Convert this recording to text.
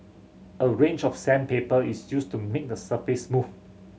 a range of sandpaper is used to make the surface smooth